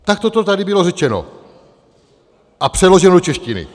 Takto to tady bylo řečeno a přeloženo do češtiny.